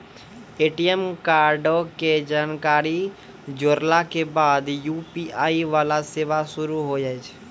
ATM कार्डो के जानकारी जोड़ला के बाद यू.पी.आई वाला सेवा शुरू होय जाय छै